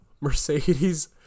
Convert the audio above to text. Mercedes